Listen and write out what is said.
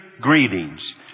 greetings